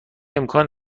امکان